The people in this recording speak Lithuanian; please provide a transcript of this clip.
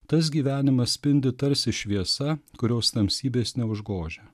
tas gyvenimas spindi tarsi šviesa kurios tamsybės neužgožia